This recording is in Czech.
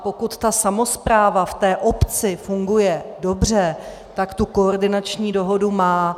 Pokud samospráva v té obci funguje dobře, tak tu koordinační dohodu má.